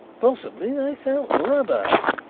possibly they sell rubbo.